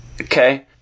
Okay